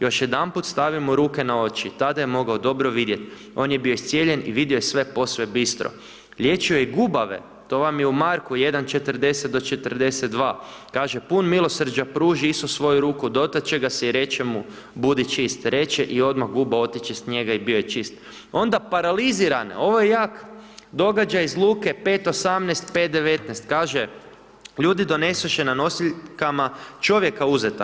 Još jedanput stavi mu ruke na oči, tada je mogao dobro vidjeti, on je bio iscijeljen i vidio je sve posve bistro.“ Liječio je gubave, to vam je u Marku 1.40 do 42. kaže: „Pun milosrđa pruži Isus svoju ruku, dotače ga se i reče mu, budi čist reče i odmah guba otiđe s njega i bio je čist.“ Onda paralizirane, ovo je jak događaj iz Luke 5.18, 5.19. kaže: „Ljudi donesoše na nosiljkama čovjeka uzeta.